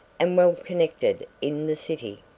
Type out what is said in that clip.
and well-connected in the city.